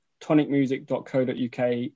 tonicmusic.co.uk